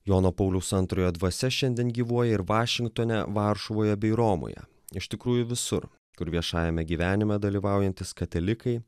jono pauliaus antrojo dvasia šiandien gyvuoja ir vašingtone varšuvoje bei romoje iš tikrųjų visur kur viešajame gyvenime dalyvaujantys katalikai